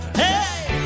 hey